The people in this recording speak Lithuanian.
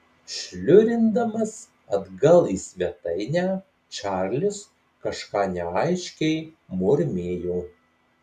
šliurindamas atgal į svetainę čarlis kažką neaiškiai murmėjo